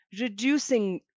reducing